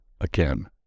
again